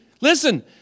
listen